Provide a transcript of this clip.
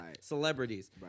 celebrities